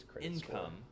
income